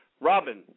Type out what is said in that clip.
Robin